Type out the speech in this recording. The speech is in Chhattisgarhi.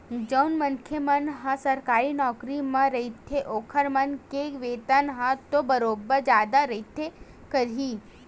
जउन मनखे मन ह सरकारी नौकरी म रहिथे ओखर मन के वेतन ह तो बरोबर जादा रहिबे करही